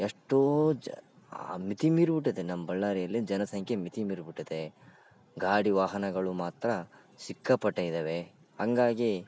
ಎಷ್ಟೋ ಜ ಆ ಮಿತಿ ಮೀರಿ ಬಿಟ್ಟಿದೆ ನಮ್ಮ ಬಳ್ಳಾರಿಯಲ್ಲಿ ಜನಸಂಖ್ಯೆ ಮಿತಿ ಮೀರಿ ಬಿಟ್ಟಿದೆ ಗಾಡಿ ವಾಹನಗಳು ಮಾತ್ರ ಸಿಕ್ಕಾಪಟ್ಟೆ ಇದಾವೆ ಹಂಗಾಗಿ